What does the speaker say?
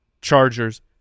Chargers